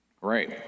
Great